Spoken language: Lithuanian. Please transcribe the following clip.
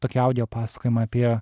tokį audio pasakojimą apie